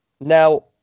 Now